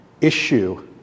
issue